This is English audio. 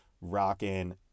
rocking